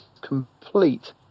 complete